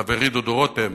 חברי דודו רותם,